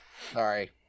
Sorry